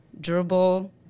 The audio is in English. durable